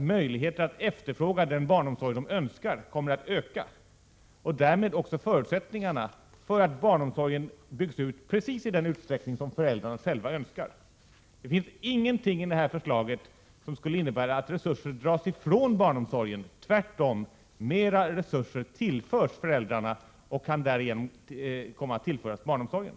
Deras möjligheter att efterfråga den barnomsorg som de önskar kommer att öka liksom också förutsättningarna för att barnomsorgen byggs ut precis i den utsträckning som föräldrarna själva önskar. Det finns ingenting i detta förslag som skulle innebära att resurser dras ifrån barnomsorgen. Tvärtom tillförs mér resurser föräldrarna och kan därigenom också komma att tillföras barnomsorgen.